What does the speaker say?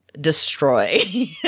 destroy